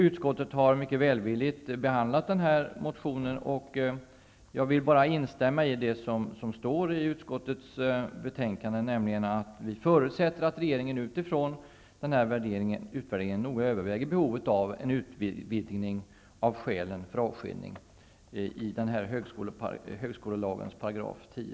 Utskottet har behandlat den här motionen mycket välvilligt, och jag vill instämma i det som står i utskottets betänkande, nämligen: ''Utskottet förutsätter att regeringen utifrån denna utvärdering noga överväger behovet av en utvidgning av skälen för avskiljning i högskolelagens 10a §.''